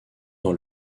dans